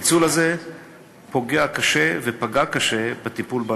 הפיצול הזה פוגע קשה בטיפול בנושא,